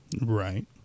Right